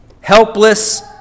helpless